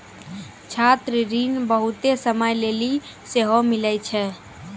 छात्र ऋण बहुते समय लेली सेहो मिलै छै